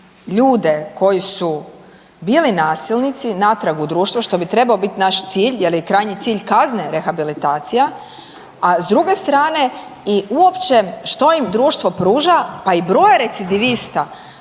ljude koji su bili nasilnici natrag u društvo što bi trebao biti naš cilj jer je i krajnji cilj kazne rehabilitacija, a s druge strane i uopće što im društvo pruža pa i broj recidivista